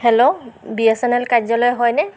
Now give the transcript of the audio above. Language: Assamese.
hello B S N L কাৰ্যালয় হয়নে